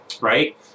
right